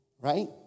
right